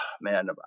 man